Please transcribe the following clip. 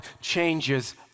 changes